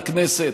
לכנסת,